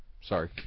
Sorry